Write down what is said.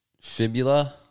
fibula